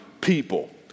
people